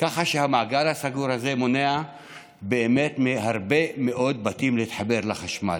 כך שהמעגל הסגור הזה מונע מהרבה מאוד בתים להתחבר לחשמל.